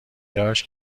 داشت